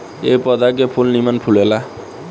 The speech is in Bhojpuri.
ए पौधा के फूल निमन फुलाला